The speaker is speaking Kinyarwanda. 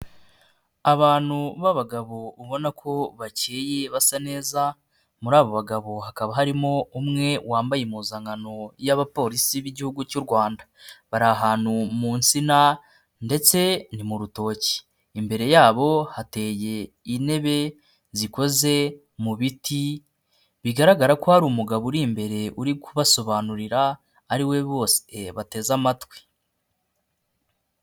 Abantu b'abagabo ubona ko bakeye basa neza, muri abo bagabo hakaba harimo umwe wambaye impuzankano y'abapolisi b'Igihugu cy'u Rwanda. Bari ahantu mu nsina ndetse ni mu rutoki . Imbere yabo hateye intebe zikoze mu biti bigaragara ko hari umugabo uri imbere uri kubasobanurira ari we bose bateze amatwi.